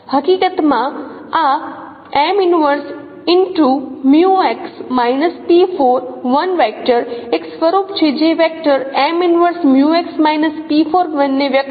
હકીકત માં આ એક સ્વરૂપ છે જે ને વ્યક્ત કરવા માટે વધુ અનુકૂળ છે